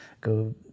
go